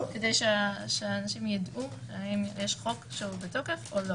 כדי שאנשים יידעו שיש חוק שהוא בתוקף או לא.